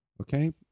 okay